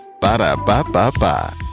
Ba-da-ba-ba-ba